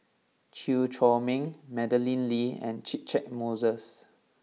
Chew Chor Meng Madeleine Lee and Catchick Moses